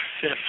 fifth